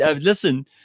listen